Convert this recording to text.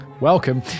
welcome